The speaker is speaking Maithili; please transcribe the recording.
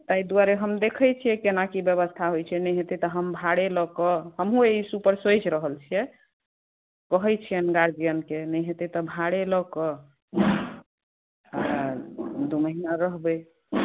एहि दुआरे हम देखै छियै केना व्यवस्था होइ छै नहि हेतै तऽ हम भाड़े लऽ कय हमहुँ एहि स्थितिपर सोचि रहल छियै ठीक छै कहै छियनि गार्जीयनके नहि हेतै तऽ भाड़े लऽ कय दू महीना रहबै